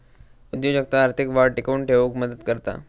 उद्योजकता आर्थिक वाढ टिकवून ठेउक मदत करता